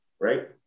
right